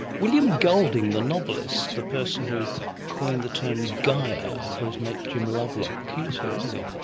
william golding the novelist, the person who coined the term gaia for his mate jim lovelock. he was here, wasn't he.